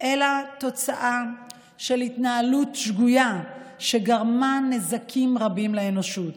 אלא תוצאה של התנהלות שגוייה שגרמה נזקים רבים לאנושות.